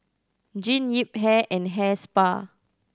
Jean Yip Hair and Hair Spa